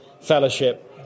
fellowship